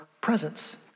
presence